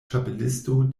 ĉapelisto